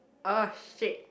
oh shit